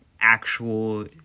actual